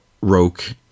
Roke